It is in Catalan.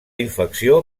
infecció